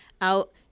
out